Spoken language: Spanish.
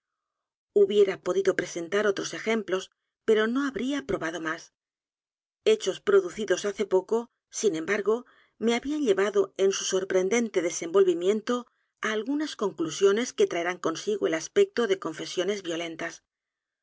hubiera podido presentar otros ejemplos pero no habría probado m á s hechos p r o ducidos hace poco sin e m b a r g o me habían llevado en su sorprendente desenvolvimiento á algunas conclusiones que traerán consigo el aspecto de confesiones violentas